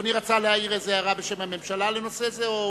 אדוני רצה להעיר הערה בשם הממשלה לנושא זה?